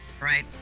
Right